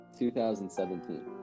2017